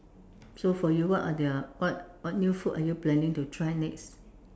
so for you what are the what what new food are you planning to try next